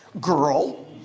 girl